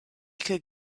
could